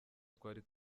twari